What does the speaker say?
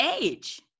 age